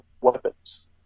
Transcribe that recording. weapons